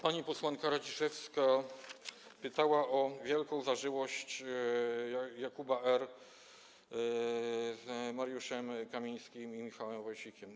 Pani posłanka Radziszewska pytała o wielką zażyłość Jakuba R. z Mariuszem Kamińskim i Maciejem Wąsikiem.